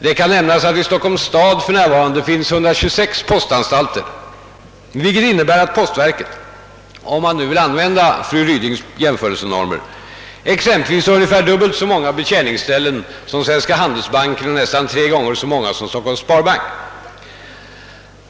Det kan nämnas, att i Stockholms stad för närvarande finns 126 postanstalter, vilket innebär att postverket — om man nu vill använda fru Rydings jämförelsenormer — exempelvis har ungefär dubbelt så många betjäningsställen som Svenska handelsbanken och nästan tre gånger så många som Stockholms sparbank.